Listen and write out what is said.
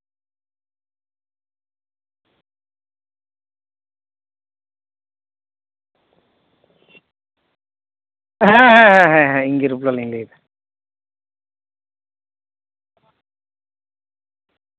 ᱦᱮᱸ ᱦᱮᱸ ᱦᱮᱸ ᱤᱧᱜᱮ ᱨᱯᱞᱟᱞᱤᱧ ᱞᱟᱹᱭᱫᱟ